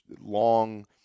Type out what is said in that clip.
long